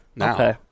Okay